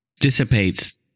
dissipates